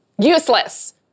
Useless